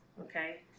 okay